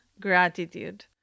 gratitude